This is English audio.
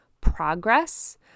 progress